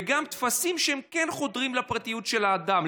וגם טפסים החודרים לפרטיות של האדם.